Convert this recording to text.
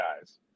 guys